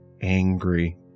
angry